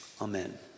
Amen